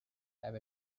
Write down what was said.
have